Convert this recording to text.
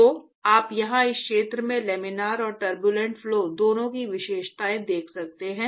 तो आप यहाँ इस क्षेत्र में लामिनार और टर्बूलेंट फ्लो दोनों की विशेषताएं देख सकते हैं